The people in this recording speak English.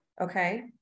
Okay